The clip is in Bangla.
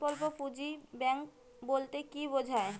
স্বল্প পুঁজির ব্যাঙ্ক বলতে কি বোঝায়?